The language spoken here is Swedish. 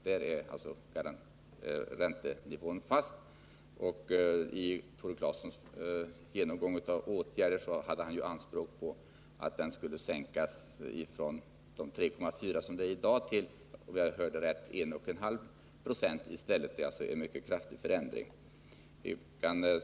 Där är alltså räntenivån fast för hyresgästerna. Tore Claeson gjorde i sin genomgång av åtgärder anspråk på att den skulle sänkas från de 3,4 90 som vi har i dag till, om jag hörde rätt, 1,5 9 i stället. Det är alltså en mycket kraftig förändring.